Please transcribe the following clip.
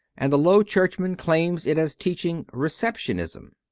and the low churchman claims it as teaching receptionism.